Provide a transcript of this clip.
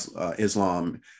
Islam